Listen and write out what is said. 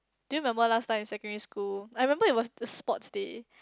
do you remember last time in secondary school I remember it was a sports day